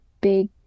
big